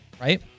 right